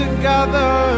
Together